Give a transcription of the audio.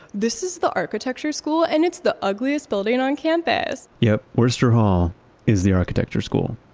this is the architecture school and it's the ugliest building on campus yup. wurster hall is the architecture school.